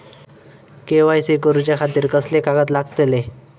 KYC करूच्या खातिर कसले कागद लागतले?